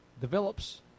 develops